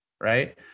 Right